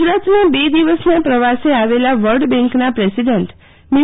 ગુજરાતમાં બે દિવસના પ્રવાસે આવેલા વર્લ્ડ બેંકના પ્રસિડન્ટ મી